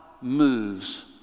moves